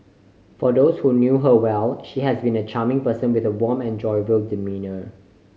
for those who knew her well she has been a charming person with a warm and jovial demeanour